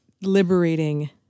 liberating